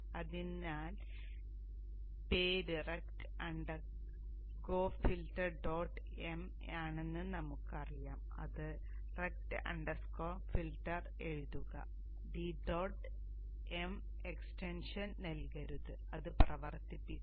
അതിനാൽ പേര് rect underscore filter dot M ആണെന്ന് നമുക്കറിയാം അത് റക്റ്റ് അണ്ടർസ്കോർ ഫിൽട്ടർ എഴുതുക t ഡോട്ട് എം എക്സ്റ്റൻഷൻ നൽകരുത് അത് പ്രവർത്തിപ്പിക്കുക